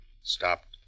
stopped